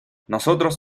nosotros